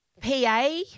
PA